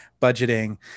budgeting